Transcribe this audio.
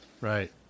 Right